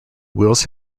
wills